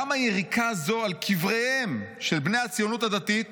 גם היריקה הזו על קבריהם של בני הציונות הדתית